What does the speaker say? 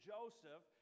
Joseph